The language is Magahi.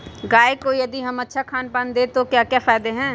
गाय को यदि हम अच्छा खानपान दें तो क्या फायदे हैं?